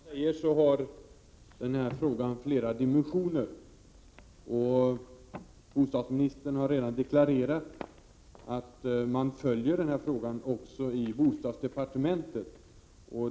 Herr talman! Som Agne Hansson säger har denna fråga flera dimensioner. Bostadsministern har redan deklarerat att man följer denna fråga också i bostadsdepartementet.